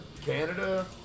Canada